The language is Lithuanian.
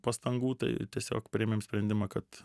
pastangų tai tiesiog priėmėm sprendimą kad